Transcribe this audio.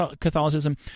Catholicism